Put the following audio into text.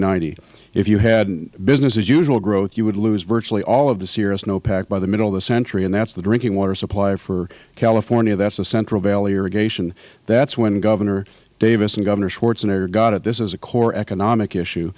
ninety if you have business as usual growth you would lose virtually all of the sierra snow pack by the middle of the century and that's the drinking water supply for california that's the central valley irrigation that's when governor davis and governor schwarzenegger got it this is a core economic issue